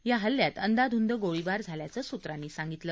या हल्ल्यात अंदाधुंद गोळीबार झाल्याचं सूत्रांनी सांगितलं